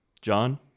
John